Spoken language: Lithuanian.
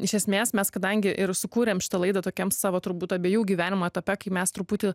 iš esmės mes kadangi ir sukūrėm šitą laidą tokiems savo turbūt abiejų gyvenimo etape kai mes truputį